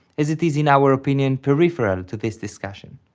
as it is in our opinion peripheral to this discussion.